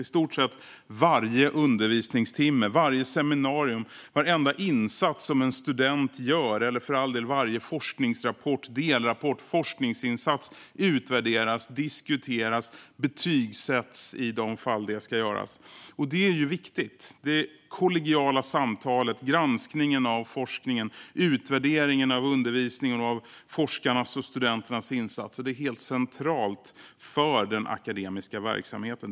I stort sett varje undervisningstimme, varje seminarium, varje insats en student gör, eller för all del varje forskningsrapport, delrapport eller forskningsinsats, utvärderas, diskuteras och betygsätts i de fall det ska göras. Och det är viktigt! Det kollegiala samtalet, granskningen av forskningen, utvärderingen av undervisningen och av forskarnas och studenternas insatser, är helt centralt för den akademiska verksamheten.